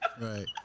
Right